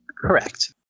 Correct